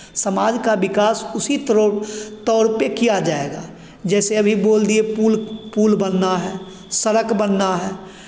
समाज का विकास उसी त्रो तौर पे किया जाएगा जैसे अभी बोल दिए पुल पुल बनना है सड़क बनना है